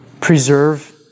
preserve